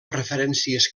referències